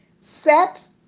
set